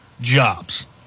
jobs